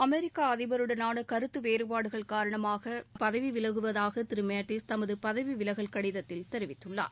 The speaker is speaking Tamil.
அமெரிக்கா அதிபருடனான கருத்து வேறுபாடுகள் காரணமாக பதவி விலகுவதாக திரு மேட்டீஸ் தனது பதவி விலகல் கடிதத்தில் தெரிவித்துள்ளார்